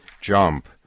jump